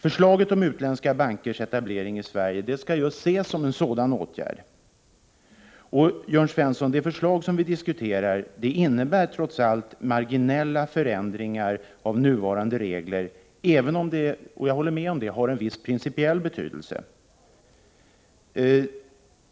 Förslaget om utländska bankers etablering i Sverige skall just ses som en sådan åtgärd. Och, Jörn Svensson, det förslag som vi diskuterar innebär trots allt en marginell förändring av nuvarande regler, även om de — jag håller med om det — har viss pricipiell betydelse.